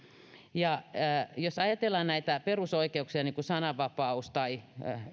ja jos ajatellaan näitä perusoikeuksia niin kuin sananvapaus tai